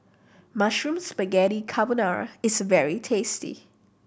Mushroom Spaghetti Carbonara is very tasty